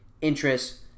interest